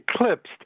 eclipsed